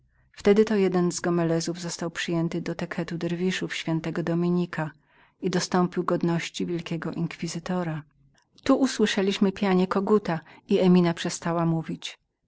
wtedy to jeden z gomelezów został przyjętym do teketu derwiszów ś domnika i dostąpił godności wielkiego inkwizytora tu usłyszeliśmy pianie koguta i emina przestała mówić